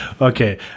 Okay